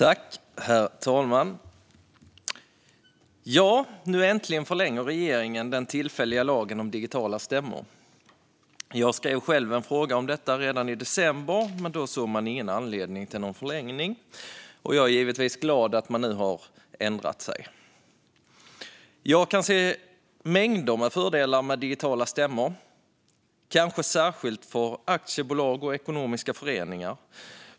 Herr talman! Nu förlänger regeringen äntligen den tillfälliga lagen om digitala stämmor. Jag skrev själv en fråga om detta redan i december, men då såg man ingen anledning till någon förlängning. Jag är givetvis glad att man nu har ändrat sig. Jag kan se mängder med fördelar med digitala stämmor, kanske särskilt för aktiebolag och ekonomiska föreningar.